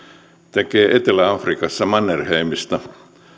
tekee etelä afrikassa mannerheimista